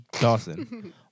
Dawson